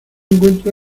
encuentra